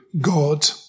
God